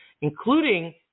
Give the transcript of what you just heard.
including